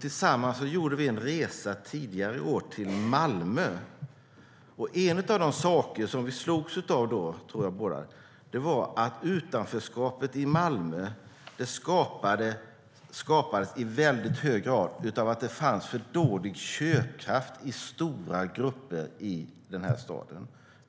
Tillsammans gjorde vi en resa tidigare i år till Malmö. En av de saker jag tror att vi båda slogs av då var att utanförskapet i Malmö i väldigt hög grad har skapats av för dålig köpkraft i stora grupper i staden.